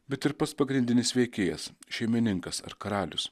bet ir pats pagrindinis veikėjas šeimininkas ar karalius